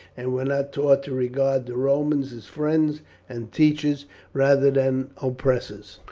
and were not taught to regard the romans as friends and teachers rather than oppressors.